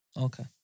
okay